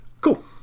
Cool